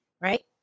right